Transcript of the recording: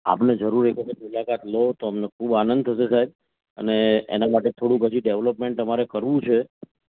આપને જરૂર એક વખત મુલાકાત લો તો અમને ખૂબ આનંદ થશે સાહેબ અને એના માટે થોડું હજી ડેવલપમેન્ટ અમારે કરવું છે